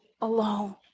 alone